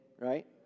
Right